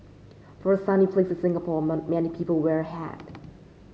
for a sunny place as Singapore not many people wear hat